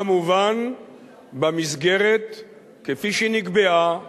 כמובן במסגרת כפי שהיא נקבעה